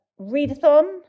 Readathon